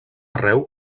arreu